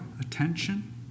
attention